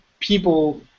People